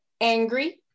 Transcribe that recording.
angry